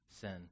sin